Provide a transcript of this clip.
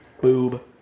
boob